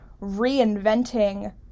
reinventing